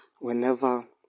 whenever